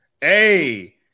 Hey